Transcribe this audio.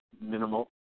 minimal